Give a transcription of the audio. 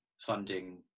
funding